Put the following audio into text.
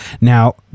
Now